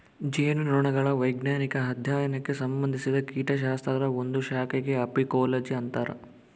ಜೇನುನೊಣಗಳ ವೈಜ್ಞಾನಿಕ ಅಧ್ಯಯನಕ್ಕೆ ಸಂಭಂದಿಸಿದ ಕೀಟಶಾಸ್ತ್ರದ ಒಂದು ಶಾಖೆಗೆ ಅಫೀಕೋಲಜಿ ಅಂತರ